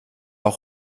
auch